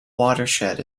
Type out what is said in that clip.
watershed